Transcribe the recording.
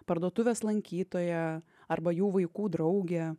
parduotuvės lankytoja arba jų vaikų draugė